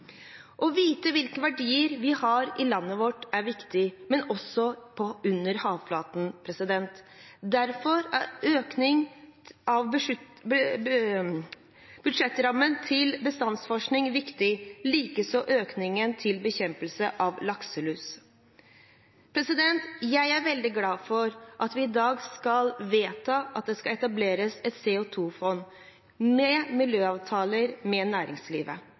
Å vite hvilke verdier vi har i landet vårt, er viktig, men også hvilke vi har under havflaten. Derfor er økning i budsjettrammen til bestandsforskning viktig, likeså økningen til bekjempelse av lakselus. Jeg er veldig glad for at vi i dag skal vedta at det skal etableres et CO 2 -fond med miljøavtaler med næringslivet